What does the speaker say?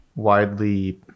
widely